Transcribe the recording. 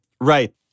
Right